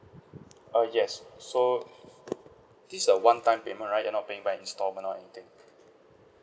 uh yes so this is a one-time payment right you're not paying by instalment or anything